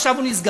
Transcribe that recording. עכשיו הוא נסגר.